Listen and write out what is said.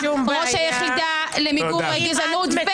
ראש היחידה למיגור הגזענות,